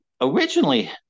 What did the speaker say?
originally